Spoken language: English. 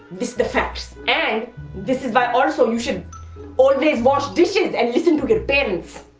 this the facts. and this is why also you should always wash dishes and listen to your parents.